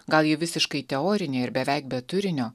gal ji visiškai teorinė ir beveik be turinio